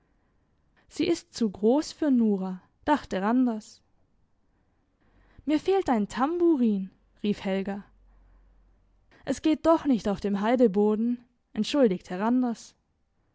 sie ist zu gross für nora dachte randers mir fehlt ein tambourin rief helga es geht doch nicht auf dem heideboden entschuldigte randers